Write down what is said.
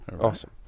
Awesome